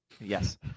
Yes